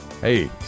Hey